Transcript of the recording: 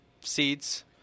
seeds